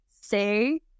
say